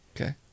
Okay